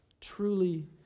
truly